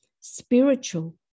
spiritual